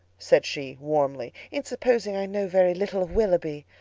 said she warmly, in supposing i know very little of willoughby.